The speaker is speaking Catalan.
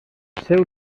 seu